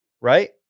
right